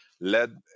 led